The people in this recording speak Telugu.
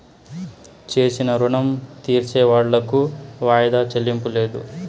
చేసిన రుణం తీర్సేవాళ్లకు వాయిదా చెల్లింపు లేదు